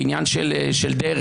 בעניין של דרעי.